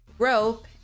rope